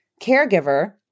caregiver